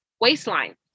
waistline